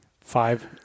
Five